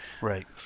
right